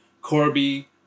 Corby